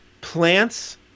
plants